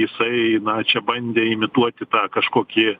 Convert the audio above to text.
jisai na čia bandė imituoti tą kažkokį